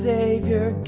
Savior